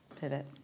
Pivot